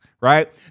right